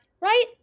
right